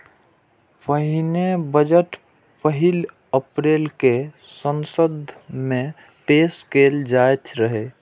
पहिने बजट पहिल अप्रैल कें संसद मे पेश कैल जाइत रहै